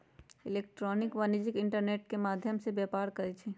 electronic वाणिज्य internet के माध्यम से व्यापार करइ छै